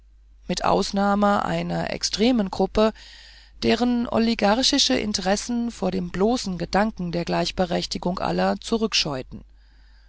mit ausnahme einer extremen gruppe deren oligarchische interessen vor dem bloßen gedanken der gleichberechtigung aller